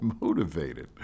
motivated